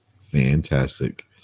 Fantastic